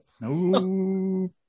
No